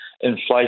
inflation